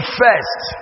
first